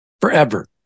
forever